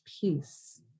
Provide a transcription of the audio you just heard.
peace